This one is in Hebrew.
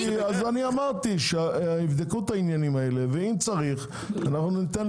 אמרתי שיבדקו את העניינים האלה ואם צריך נבטל